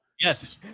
Yes